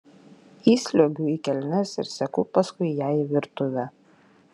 įsliuogiu į kelnes ir seku paskui ją į virtuvę